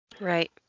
Right